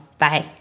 Bye